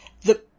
The-